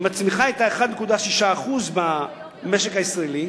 אם הצמיחה היתה 1.6% במשק הישראלי,